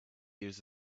use